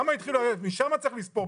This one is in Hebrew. משם צריך לספור.